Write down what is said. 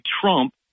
Trump